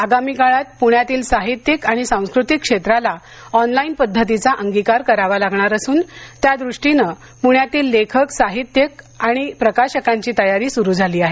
आगामी काळात प्ण्यातील साहित्यिक आणि सांस्क्रतिक क्षेत्राला ऑनलाईन पद्धतीचा अंगीकार करावा लागणार असून त्यादृष्टीने पुण्यातील लेखक साहित्यिक सादरकर्ते आणि प्रकाशकांची तयारीही सुरू झाली आहे